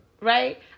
Right